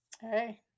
Hey